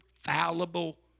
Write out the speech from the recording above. fallible